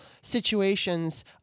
situations